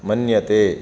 मन्यते